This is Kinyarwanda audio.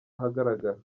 ahagaragara